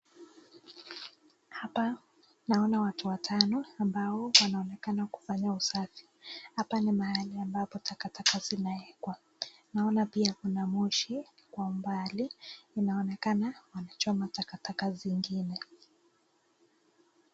Hapa tunaona watu watano ambao wanaonekana kufanya usafi ,hapa ni mahali takataka zinawekwa, naona pia kuna moshi kwa mbali inaonekana wanachona takataka zingine.